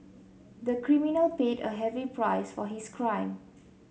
the criminal paid a heavy price for his crime